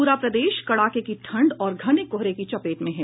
पूरा प्रदेश कड़ाके की ठंड और घने कोहरे की चपेट में है